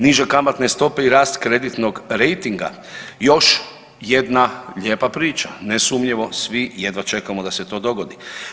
Niže kamatne stope i rast kreditnoj rejtinga još jedna lijepa priča, nesumnjivo svi jedva čekamo da se to dogodi.